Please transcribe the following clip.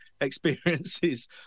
experiences